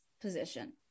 position